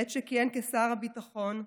בעת שכיהן כשר הביטחון,